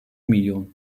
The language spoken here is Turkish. milyon